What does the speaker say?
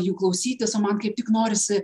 jų klausytis o man kaip tik norisi